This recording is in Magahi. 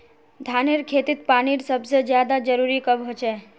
धानेर खेतीत पानीर सबसे ज्यादा जरुरी कब होचे?